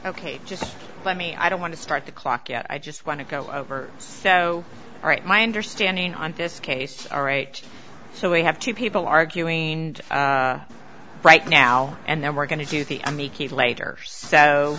ok just let me i don't want to start the clock yet i just want to go over so all right my understanding on this case all right so we have two people arguing right now and then we're going to do the